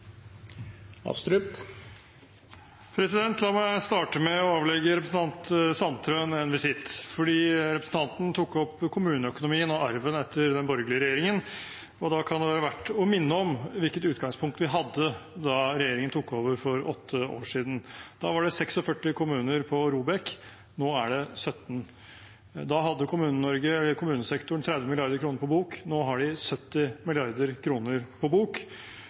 La meg starte med å avlegge representanten Sandtrøen en visitt. Representanten tok opp kommuneøkonomien og arven etter den borgerlige regjeringen, og da kan det være verdt å minne om hvilket utgangspunkt vi hadde da regjeringen tok over for åtte år siden. Da var det 46 kommuner på ROBEK-listen, nå er det 17. Da hadde kommunesektoren 30 mrd. kr på bok, nå har de 70 mrd. kr på bok.